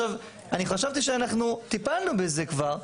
אני חשבתי שאנחנו טיפלנו בזה כבר,